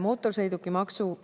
Mootorsõidukimaksuga